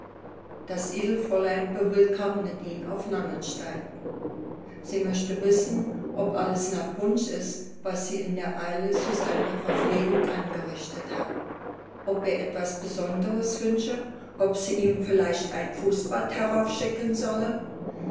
das edelfräulein bewillkommnet ihn auf langenstein sie möchte wissen ob alles nach wunsch ist was sie in der eile zu seiner verpflegung angerichtet hat ob er etwas besonderes wünsche ob sie ihm vielleicht ein fußbad heraufschicken solle